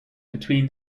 between